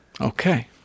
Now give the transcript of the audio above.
Okay